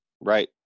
Right